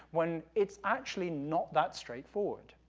when it's actually not that straight-forward.